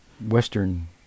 Western